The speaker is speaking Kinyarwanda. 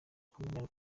komine